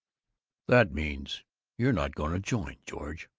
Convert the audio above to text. that means you're not going to join, george?